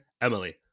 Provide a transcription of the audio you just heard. Emily